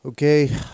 Okay